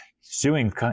suing